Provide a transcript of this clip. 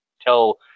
tell